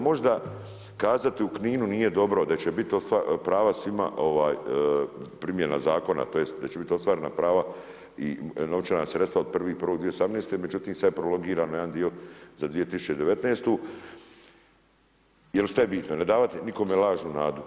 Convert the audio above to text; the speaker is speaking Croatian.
Možda, kazati u Kninu nije dobro da će biti prava svima, primjena zakona, tj. da će biti ostvarena prava i novčana sredstva od 1.1.2018. međutim, sad je prolongiran jedan dio za 2019. jer što je bitno, ne davati nikome lažnu nadu.